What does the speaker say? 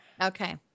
Okay